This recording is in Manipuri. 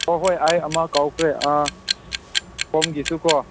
ꯍꯣꯏ ꯍꯣꯏ ꯑꯩ ꯑꯃ ꯀꯥꯎꯈ꯭ꯔꯦ ꯁꯣꯝꯒꯤꯁꯨꯀꯣ